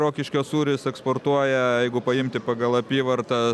rokiškio sūris eksportuoja jeigu paimti pagal apyvartą